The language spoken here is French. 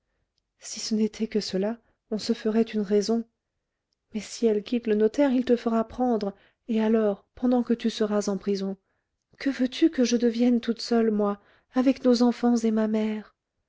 si ce n'était que cela on se ferait une raison mais si elle quitte le notaire il te fera prendre et alors pendant que tu seras en prison que veux-tu que je devienne toute seule moi avec nos enfants et ma mère